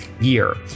year